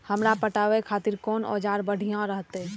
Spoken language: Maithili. हमरा पटावे खातिर कोन औजार बढ़िया रहते?